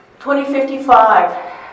2055